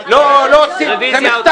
נגד.